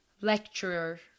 lecturer